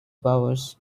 powers